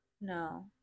No